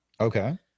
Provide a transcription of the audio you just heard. Okay